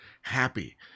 happy